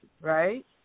right